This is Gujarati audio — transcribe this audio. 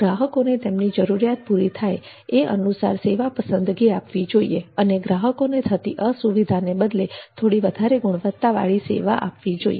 ગ્રાહકોને તેમની જરૂરિયાત પૂરી થાય એ અનુસાર સેવા પસંદગી આપવી જોઈએ અને ગ્રાહકોને થતી અસુવિધાને બદલે થોડી વધારે ગુણવત્તાવાળી સેવા આપવી જોઈએ